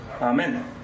Amen